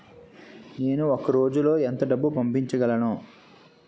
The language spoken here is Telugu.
నేను ఒక రోజులో ఎంత డబ్బు పంపించగలను?